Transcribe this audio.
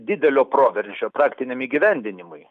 didelio proveržio praktiniam įgyvendinimui